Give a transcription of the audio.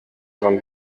dran